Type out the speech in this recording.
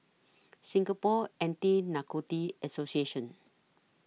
Singapore Anti Narcotics Association